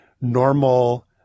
normal